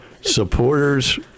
supporters